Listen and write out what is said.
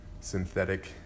synthetic